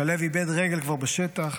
שליו איבד רגל כבר בשטח,